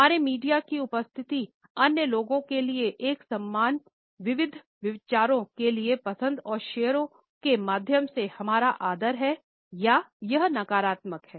हमारे मीडिया की उपस्थिती अन्य लोगों के लिए एक सम्मान विविध विचारों के लिए पसंद और शेयरों के माध्यम से हमारा आदर हैं या यह नकारात्मक है